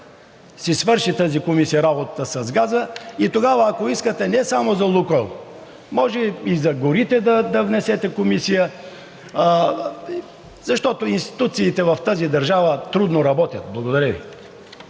си свърши тази комисия работата с газа и тогава, ако искате не само за „Лукойл“, може и за горите да внесете комисия, защото институциите в тази държава трудно работят. Благодаря Ви.